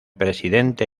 presidente